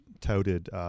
touted